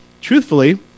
truthfully